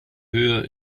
höhe